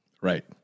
right